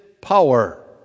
power